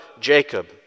Jacob